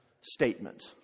statement